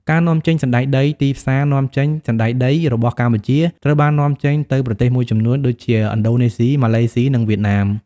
ការនាំចេញសណ្ដែកដី ទីផ្សារនាំចេញ សណ្ដែកដីរបស់កម្ពុជាត្រូវបាននាំចេញទៅប្រទេសមួយចំនួន ដូចជាឥណ្ឌូណេស៊ី ម៉ាឡេស៊ី និងវៀតណាម។